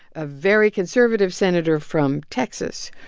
a very conservative senator from texas,